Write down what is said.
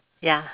ya